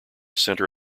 center